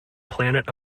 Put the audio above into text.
planet